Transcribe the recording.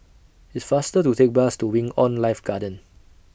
It's faster to Take Bus to Wing on Life Garden